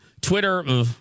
Twitter